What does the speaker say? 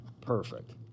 Perfect